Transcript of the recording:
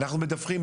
אנחנו מדווחים,